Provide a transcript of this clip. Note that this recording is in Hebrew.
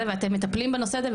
ואתם מטפלים בנושא הזה,